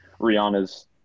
Rihanna's